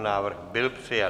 Návrh byl přijat.